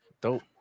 Dope